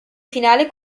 finale